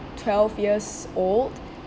twelve years old